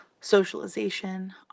socialization